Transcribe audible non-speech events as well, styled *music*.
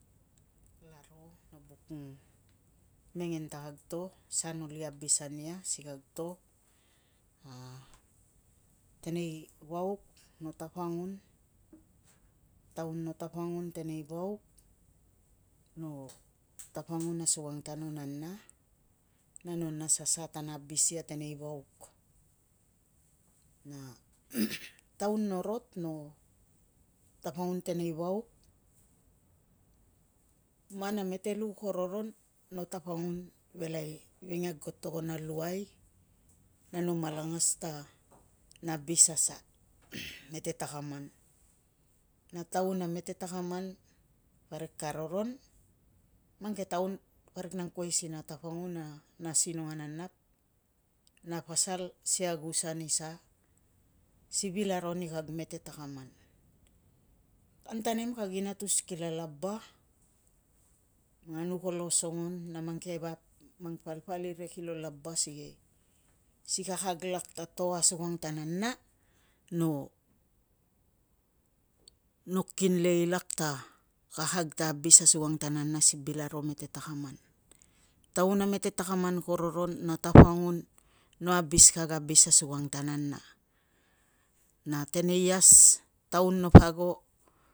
Kalaro no buk mengen ta kag to, sa no uli abis ania si kag to. A teneivauk no tapangun, taun no tapangun teneivauk no *noise* tapangun asukang ta no nana, na no nas a sa na abis ia teneivauk. Na *noise* taun no rot, no tapangun tenei vauk, man a metelu ko roron, no tapangun velai vingag ko togon a luai, na no malangas ta na abis a sa *noise* mete takaman. Na taun a mete takaman parik ka roron, mang ke taun parik na angkuai si na tapangun a na sinong ananap, na pasal si agusa ni sa, si vil aro ni kag mete takaman. Kantanem kag inatus kila laba, manganu kolo osongon na mang ke vap *hesitation* mang palpal iria kilo laba sikei si kakag lak ta to asukang ta nana no, no kinlei lak ta kakag ta abis asukang ta nana si bil aro mete takaman. Taun a mete takaman ko roron na *noise* tapangun no abis kag abis asukang ta nana. Na teneias taun no *noise* pa ago